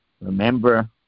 Remember